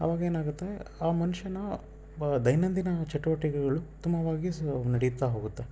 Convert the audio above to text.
ಅವಾಗ ಏನಾಗುತ್ತೆ ಆ ಮನುಷ್ಯನ ಬ ದೈನಂದಿನ ಚಟುವಟಿಕೆಗಳು ಉತ್ತಮವಾಗಿ ಸ ನಡೀತಾ ಹೋಗುತ್ತೆ